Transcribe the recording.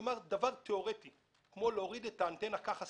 כלומר דבר תיאורטי כמו להוריד את האנטנה כך סתם,